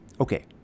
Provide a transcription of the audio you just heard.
Okay